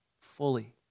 fully